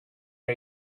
are